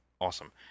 awesome